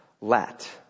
Let